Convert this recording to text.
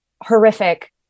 horrific